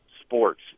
sports